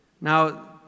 Now